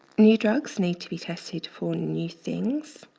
new drugs need to be tested for new things